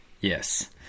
Yes